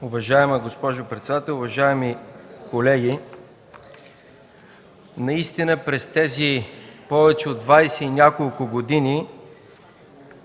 Уважаема госпожо председател, уважаеми колеги! Наистина през тези повече от двадесет и няколко години